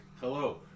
hello